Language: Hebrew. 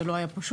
זה לא היה פשוט,